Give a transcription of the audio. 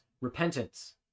Repentance